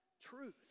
truth